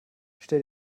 stell